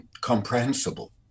comprehensible